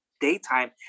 daytime